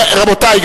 רבותי,